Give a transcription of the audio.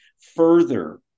further